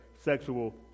sexual